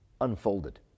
unfolded